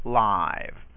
live